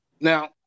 Now